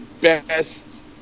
best